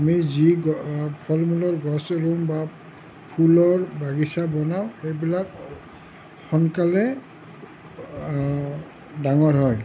আমি যি ফল মূলৰ গছ ৰুম বা ফুলৰ বাগিচা বনাম সেইবিলাক সোনকালে ডাঙৰ হয়